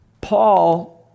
Paul